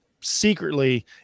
secretly